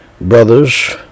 brothers